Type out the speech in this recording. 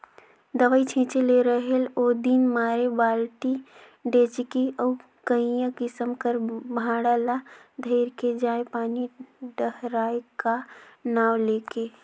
दवई छिंचे ले रहेल ओदिन मारे बालटी, डेचकी अउ कइयो किसिम कर भांड़ा ल धइर के जाएं पानी डहराए का नांव ले के